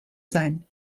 sein